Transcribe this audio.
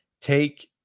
Take